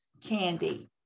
candy